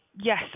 Yes